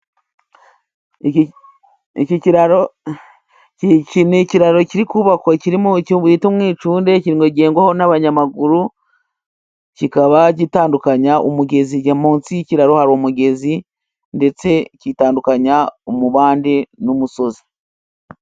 Iki kiraro ni ikiraro kiri kubakwa bita umwicunde, kigendwaho n'abanyamaguru. Kikaba gitandukanya umugezi, munsi y'ikiraro hariro umugezi, ndetse gitandukanya umubande n'umusozi.